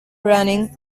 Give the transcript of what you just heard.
running